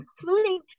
including